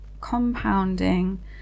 compounding